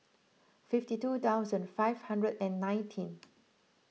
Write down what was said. fifty two thousand five hundred and nineteen